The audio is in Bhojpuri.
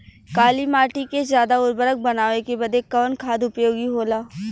काली माटी के ज्यादा उर्वरक बनावे के बदे कवन खाद उपयोगी होला?